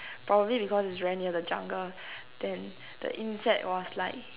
probably because it's very near the jungle then the insect was like